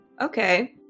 okay